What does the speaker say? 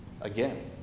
Again